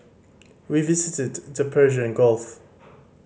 we visited the Persian Gulf